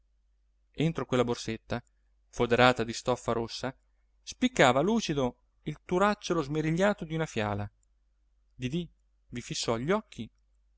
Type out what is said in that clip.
entro quella borsetta foderata di stoffa rossa spiccava lucido il turacciolo smerigliato di una fiala didì vi fissò gli occhi